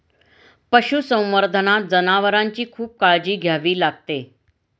पशुसंवर्धनात जनावरांची खूप काळजी घ्यावी लागते